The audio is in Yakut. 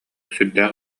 сүрдээх